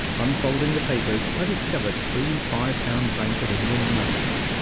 unfolding the papers, i discovered three five-pound bank of england notes.